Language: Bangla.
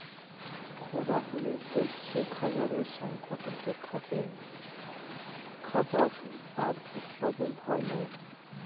খরা হ্যলে দ্যাশে খাবারের সংকট দ্যাখা যায়, খাবার আর উৎপাদল হ্যয় লায়